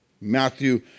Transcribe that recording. Matthew